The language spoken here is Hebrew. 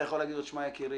אתה יכול להגיד לו: יקיר,